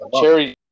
Cherry